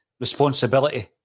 responsibility